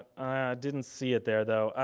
didn't see it there though.